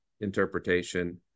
interpretation